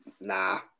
nah